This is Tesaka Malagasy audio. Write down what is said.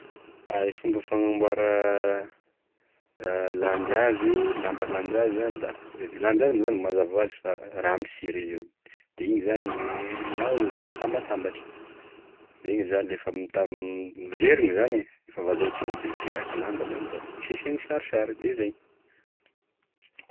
E fomba fagnamboara landy hazo lamba landy hazo, e landy hazo moa zany mazava hoazy fa raha misiry izy io, da igny zany gn'ahodigny gn'atambatambatry, da igny zany refa mitamb- zerigny zany e, raha vazaitry igny izy da miteraky lamba, da hisesegny sarisary da izay.